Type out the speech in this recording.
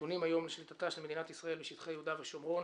שנתונים היום לשליטתה של מדינת ישראל בשטחי יהודה ושומרון